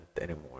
anymore